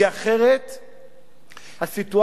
כי אחרת הסיטואציה,